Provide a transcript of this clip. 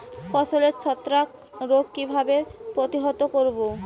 ফসলের ছত্রাক রোগ কিভাবে প্রতিহত করব?